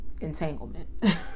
entanglement